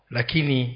Lakini